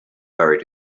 buried